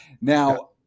Now